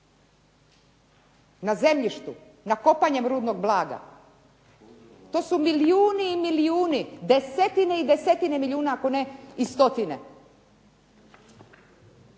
na zemljištu, na kopanju rudnog blaga. To su milijuni i milijuni, desetine i desetine milijuna, ako ne i stotine.